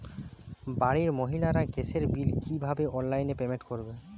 বাড়ির মহিলারা গ্যাসের বিল কি ভাবে অনলাইন পেমেন্ট করবে?